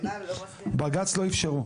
בג"ץ לא אפשרו.